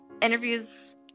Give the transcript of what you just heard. interviews